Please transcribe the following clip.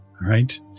right